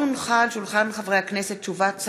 הודעת שר העבודה,